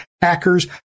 hackers